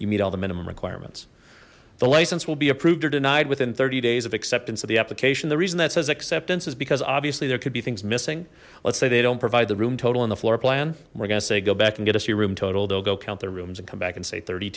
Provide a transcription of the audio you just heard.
you meet all the minimum requirements the license will be approved or denied within thirty days of acceptance of the application the reason that says acceptance is because obviously there could be things missing let's say they don't provide the room total in the floor plan we're gonna say go back and get us your room total they'll go count their rooms and come back and say thirty